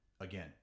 again